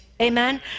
Amen